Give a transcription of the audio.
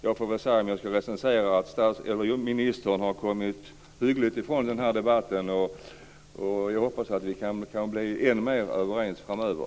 Jag får säga, om jag ska recensera, att ministern har kommit hyggligt ifrån denna debatt. Jag hoppas att vi kan bli än mer överens framöver.